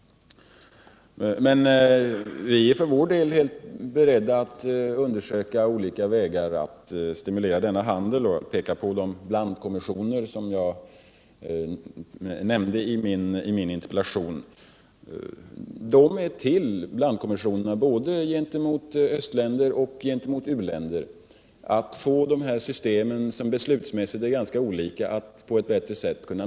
Vi är för vår del beredda att undersöka olika vägar att stimulera denna handel. Jag vill peka på de blandade regeringskommissioner som jag nämnde i mitt interpellationssvar. Blandkommissionerna är till för att användas både gentemot östländer och gentemot u-länder för att få de beslutsmässigt olika systemen att kunna mötas på ett bättre sätt.